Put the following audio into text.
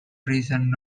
reasons